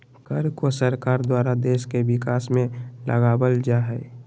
कर को सरकार द्वारा देश के विकास में लगावल जा हय